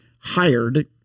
hired